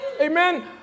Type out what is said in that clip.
Amen